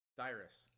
dyrus